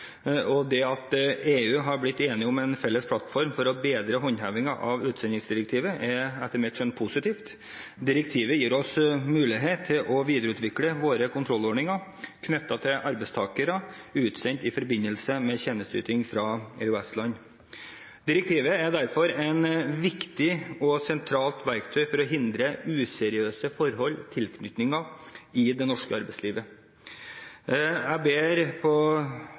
Det at EU er blitt enige om en felles plattform for å bedre håndhevingen av utsendingsdirektivet, er etter mitt skjønn positivt. Direktivet gir oss mulighet til å videreutvikle våre kontrollordninger knyttet til arbeidstakere utsendt i forbindelse med tjenesteyting fra EØS-land. Direktivet er derfor et viktig og sentralt verktøy for å hindre useriøse forhold, tilknytninger, i det norske arbeidslivet. Jeg ber på